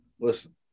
listen